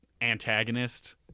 antagonist